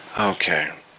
Okay